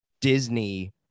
Disney